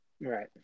Right